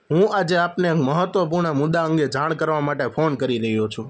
હું આજે આપને મહત્ત્વપૂર્ણ મુદ્દા અંગે જાણ કરવા માટે ફોન કરી રહ્યો છું